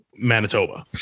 Manitoba